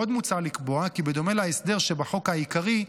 עוד מוצע לקבוע כי בדומה להסדר שבחוק העיקרי,